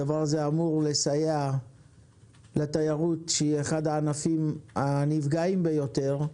הדבר הזה אמור לסייע לתיירות שהיא אחד הענפים הנפגעים ביותר,